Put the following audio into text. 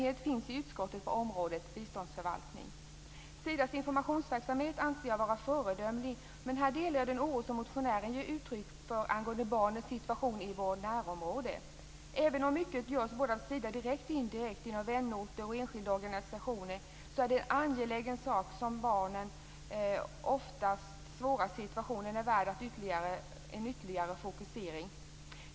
Det finns i utskottet samstämmighet på området biståndsförvaltning. Jag anser Sidas informationsverksamhet vara föredömlig, men jag delar den oro som motionären ger uttryck för angående barnens situation i vårt närområde. Även om mycket görs både av Sida direkt och indirekt genom vänorter och enskilda organisationer, är barnens ofta svåra situation värd en ytterligare angelägen fokusering.